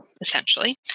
essentially